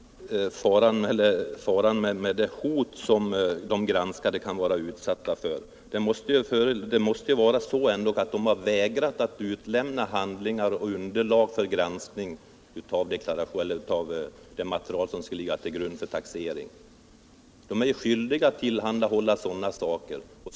Herr talman! Jag kan inte förstå vad Håkan Winberg säger om faran av det hot som de granskade kan vara utsatta för. Det måste ändå vara så att de har vägrat att utlämna handlingar och annat material som skulle ligga till grund för taxering. De är ju skyldiga att tillhandahålla sådant material.